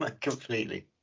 completely